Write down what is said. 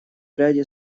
ряде